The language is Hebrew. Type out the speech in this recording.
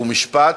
חוק ומשפט.